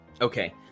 Okay